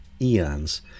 eons